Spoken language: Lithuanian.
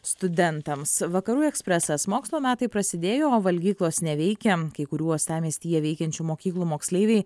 studentams vakarų ekspresas mokslo metai prasidėjo o valgyklos neveikia kai kurių uostamiestyje veikiančių mokyklų moksleiviai